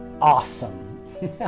awesome